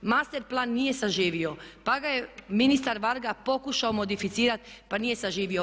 Master plan nije saživio, pa ga je ministar Varga pokušao modificirati pa nije saživio.